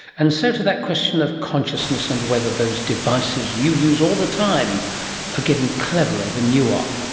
and so to that question of consciousness and whether those devices you use all the time are getting cleverer than you are,